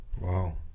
Wow